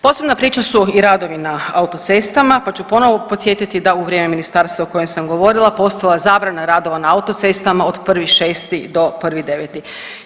Posebna priča su i radovi na autocestama pa ću ponovno podsjetiti da u vrijeme ministarstva o kojem sam govorila postojala zabrana radova na autocestama od 1.6. do 1.9.